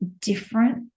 different